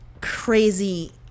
crazy